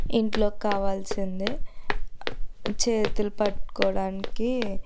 ఇంట్లోకి కావాల్సిందే చేతులు పట్టుకోడానికి